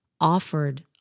offered